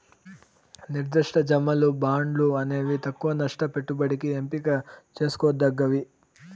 నిర్దిష్ట జమలు, బాండ్లు అనేవి తక్కవ నష్ట పెట్టుబడికి ఎంపిక చేసుకోదగ్గవి